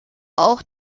auch